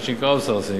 מה שנקרא outsourcing ,